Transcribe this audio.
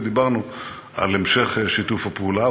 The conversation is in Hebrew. ודיברנו על המשך שיתוף הפעולה.